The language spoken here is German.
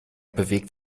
bewegt